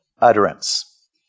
utterance